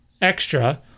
extra